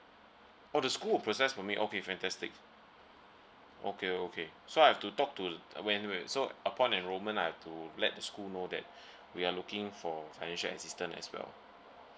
oh the school will process for me okay fantastic okay okay so I have to talk to when wait so upon enrolment I have to let school know that we are looking for financial assistance as well